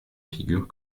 figure